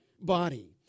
body